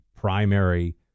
primary